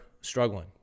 struggling